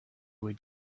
would